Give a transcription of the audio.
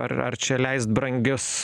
ar ar čia leist brangius